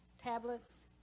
tablets